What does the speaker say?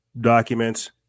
documents